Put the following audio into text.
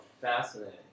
fascinating